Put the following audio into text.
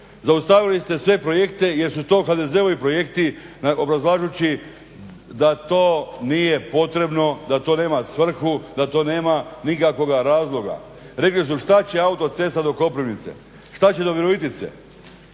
Zaustavili ste sve projekte jer su to HDZ-ovi projekti obrazlažući da to nije potrebno, da to nema svrhu, da to nema nikakvoga razloga. Rekli su što će autocesta do Koprivnice, što će do Virovitice.